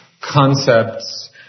concepts